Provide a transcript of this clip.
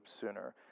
sooner